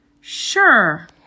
Sure